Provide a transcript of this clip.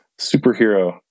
Superhero